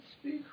speak